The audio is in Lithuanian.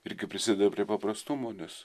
irgi prisideda prie paprastumo nes